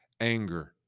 anger